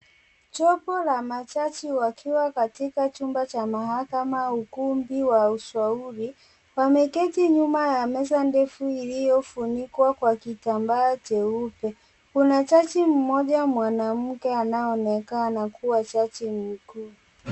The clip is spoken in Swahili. Jopo la majaji wakiwa katika chumba cha mahakama au ukumbi wa ushauri. Wameketi nyuma ya meza ndefu iliyofunikwa kwa kitambaa cheupe. Kuna jaji mmoja, mwanamke anayeonekana kuwa jaji mkuu.